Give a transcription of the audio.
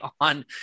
on